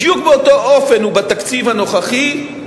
בדיוק באותו אופן הוא בתקציב הנוכחי,